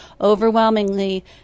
overwhelmingly